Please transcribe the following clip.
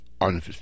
on